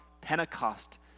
Pentecost